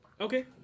Okay